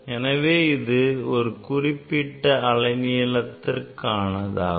எனவே இது இந்த குறிப்பிட்ட அலை நீளத்திற்கானதாகும்